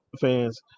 fans